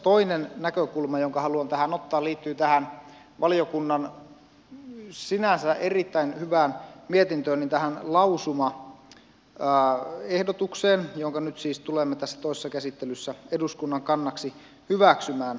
toinen näkökulma jonka haluan tähän ottaa liittyy tähän valiokunnan sinänsä erittäin hyvään mietintöön ja tähän lausumaehdotukseen jonka nyt siis tulemme tässä toisessa käsittelyssä eduskunnan kannaksi hyväksymään